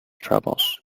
troubles